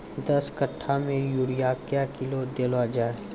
दस कट्ठा मे यूरिया क्या किलो देलो जाय?